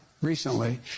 Recently